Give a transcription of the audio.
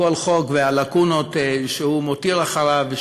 כל חוק והלקונות שהוא מותיר אחריו,